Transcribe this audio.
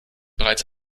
bereits